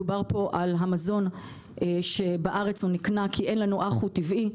דובר על המזון שנקנה, כי אין לנו אחו טבעי.